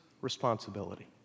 responsibility